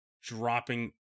dropping